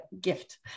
gift